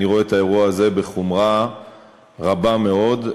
אני רואה את האירוע הזה בחומרה רבה מאוד.